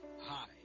Hi